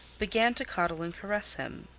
began to coddle and caress him,